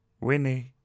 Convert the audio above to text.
Winnie